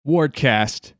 Wardcast